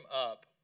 up